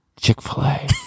Chick-fil-A